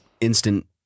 instant